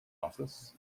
office